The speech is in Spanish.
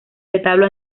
retablo